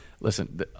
Listen